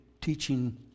teaching